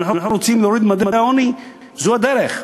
אם אנחנו רוצים להוריד את ממדי העוני, זו הדרך.